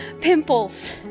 pimples